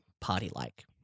party-like